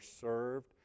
served